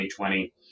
2020